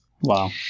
wow